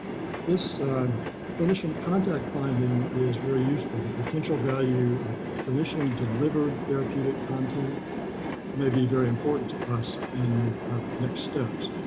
this finishing contact finding is very useful. the potential value of clinician delivered therapeutic content. johnweisz may be very important to us in our next steps.